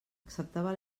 acceptava